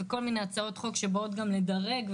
ואז באות הצעות חוק שבאות לדרג.